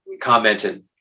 commented